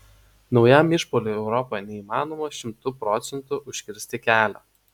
naujam išpuoliui europoje neįmanoma šimtu procentų užkirsti kelio